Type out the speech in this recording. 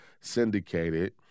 syndicated